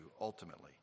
ultimately